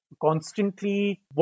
constantly